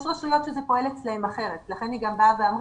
יש רשויות שזה פועל אצלן אחרת לכן אמרה